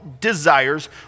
desires